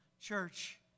church